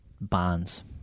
bonds